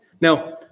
Now